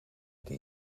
die